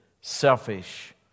selfish